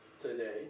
today